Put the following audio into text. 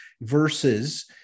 versus